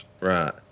Right